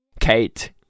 Kate